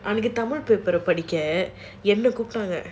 அவங்க:avanga tamil paper ah படிக்க என்ன கூப்பிடுவாங்க:padikka enna koopduvaanga